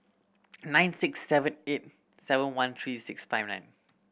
nine six seven eight seven one three six five nine